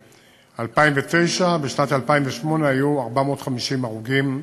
בשנת 2009, בשנת 2008 היו 450 הרוגים בשנה.